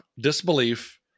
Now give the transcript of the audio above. disbelief